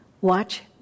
Watch